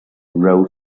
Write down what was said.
rode